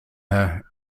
her